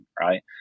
right